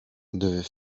devait